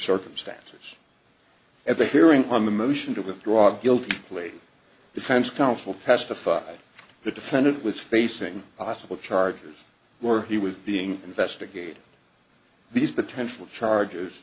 circumstances at the hearing on the motion to withdraw guilty plea defense counsel pacified the defendant with facing possible charges were he was being investigated these potential charges